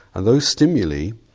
and those stimuli,